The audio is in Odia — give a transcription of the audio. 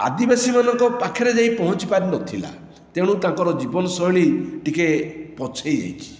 ଆଦିବାସୀମାନଙ୍କ ପାଖରେ ଯାଇ ପହଁଞ୍ଚି ପାରୁନଥିଲା ତେଣୁ ତାଙ୍କର ଜୀବନ ଶୈଳୀ ଟିକିଏ ପଛେଇ ଯାଇଛି